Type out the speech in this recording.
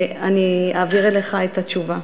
ואני אעביר אליך את התשובה.